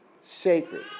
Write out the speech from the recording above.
sacred